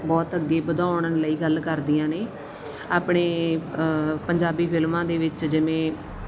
ਬਹੁਤ ਅੱਗੇ ਵਧਾਉਣ ਲਈ ਗੱਲ ਕਰਦੀਆਂ ਨੇ ਆਪਣੇ ਪੰਜਾਬੀ ਫਿਲਮਾਂ ਦੇ ਵਿੱਚ ਜਿਵੇਂ